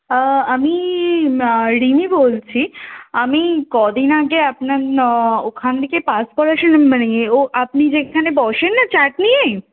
আমি রিনি বলছি আমি কদিন আগে আপনার ওখান থেকে পাস করেছিলাম মানে ও আপনি যেখানে বসেন না চাট নিয়ে